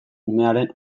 umearen